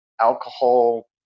alcohol